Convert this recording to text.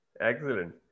Excellent